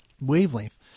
wavelength